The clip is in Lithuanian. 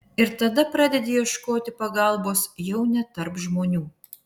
ir tada pradedi ieškoti pagalbos jau ne tarp žmonių